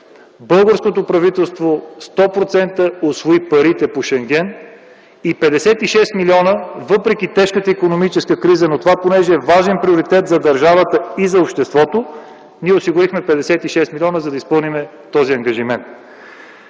Българското правителство усвои 100% парите по Шенген, и 56 милиона въпреки тежката икономическа криза, но понеже това е важен приоритет за държавата и за обществото, ние осигурихме 56 милиона, за да изпълним този ангажимент.